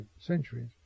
centuries